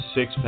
Six